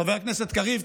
חבר הכנסת קריב,